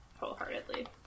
wholeheartedly